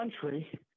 country